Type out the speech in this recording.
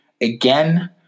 again